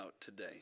today